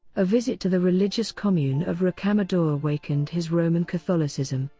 a visit to the religious commune of rocamadour awakened his roman catholicism,